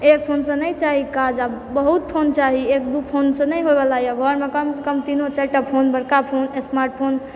एक फोनसँ नहि चाही काज आब बहुत फोन चाही एक दू फोनसँ नहि होइवलाए घरमे कमसँ कम तीनो चारिटा फोन बड़का फोन स्मार्टफोन